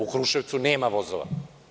U Kruševcu nema vozova.